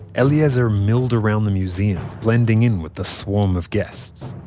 eliezer milled around the museum, blending in with the swarm of guests.